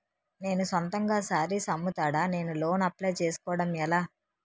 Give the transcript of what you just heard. నేను సొంతంగా శారీస్ అమ్ముతాడ, నేను లోన్ అప్లయ్ చేసుకోవడం ఎలా?